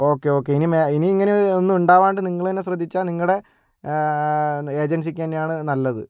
okay okay ഇനി മേ ഇനി ഇങ്ങനെ ഒന്നും ഉണ്ടാവാണ്ട് നിങ്ങൾ തന്നെ ശ്രദ്ധിച്ചാൽ നിങ്ങളുടെ ഏജൻസിക്ക് തന്നെയാണ് നല്ലത്